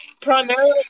Primarily